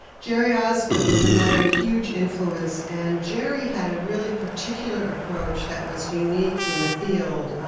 jere osgood was another huge influence and jerry had a really particular approach that was unique in the field.